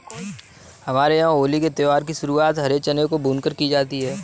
हमारे यहां होली के त्यौहार की शुरुआत हरे चनों को भूनकर की जाती है